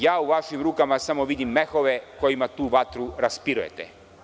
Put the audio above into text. Ja u vašim rukama samo vidim mehove kojima tu vatru raspirujete.